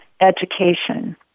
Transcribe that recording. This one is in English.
education